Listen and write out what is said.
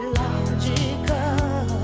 logical